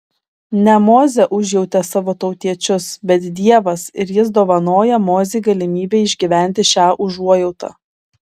ne mozė užjautė savo tautiečius bet dievas ir jis dovanoja mozei galimybę išgyventi šią užuojautą